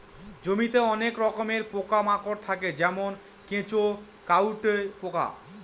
জমিতে অনেক রকমের পোকা মাকড় থাকে যেমন কেঁচো, কাটুই পোকা